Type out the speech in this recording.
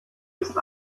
ist